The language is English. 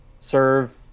serve